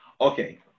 Okay